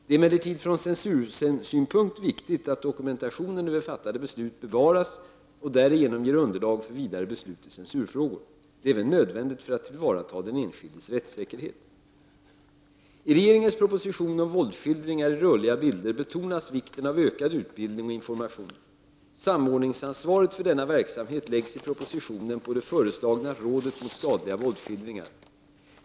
Det är emellertid från censursynpunkt viktigt att dokumentationen över fattade beslut bevaras och därigenom ger underlag för vidare beslut i censurfrågor. Det är även nödvändigt för att tillvarata den enskildes rättssäkerhet. I regeringens proposition om våldsskildringar i rörliga bilder betonas vikten av ökad utbildning och information. Samordningsansvaret för denna verksamhet läggs i propositionen på det föreslagna rådet mot skadliga våldsskildringar.